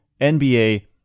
NBA